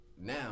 now